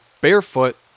barefoot